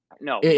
No